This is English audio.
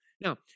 Now